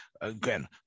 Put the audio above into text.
again